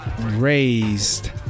raised